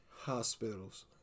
hospitals